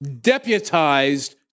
deputized